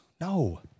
No